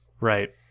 right